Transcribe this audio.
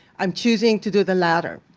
i'm choosing to do the latter.